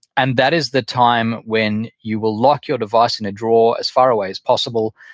and that is the time when you will lock your device in a drawer as far away as possible.